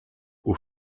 aux